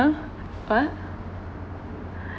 what